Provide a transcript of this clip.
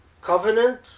covenant